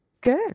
good